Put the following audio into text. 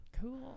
Cool